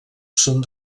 són